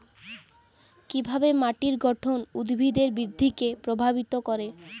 কিভাবে মাটির গঠন উদ্ভিদের বৃদ্ধিকে প্রভাবিত করে?